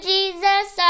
Jesus